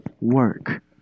work